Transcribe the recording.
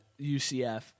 UCF